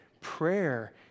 prayer